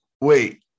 wait